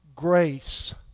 Grace